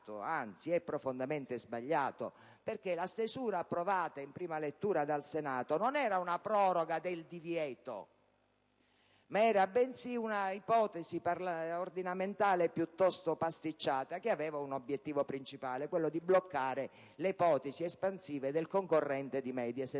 anzi, è profondamente sbagliato. Infatti, la stesura approvata in prima lettura dal Senato non era una proroga del divieto, ma era una ipotesi ordinamentale, piuttosto pasticciata, che aveva l'obiettivo principale di bloccare le ipotesi espansive del concorrente di Mediaset,